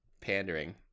pandering